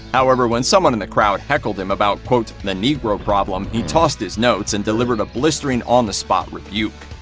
however, when someone in the crowd heckled him about, quote, the negro problem, he tossed his notes and delivered a blistering on-the-spot rebuke.